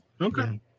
Okay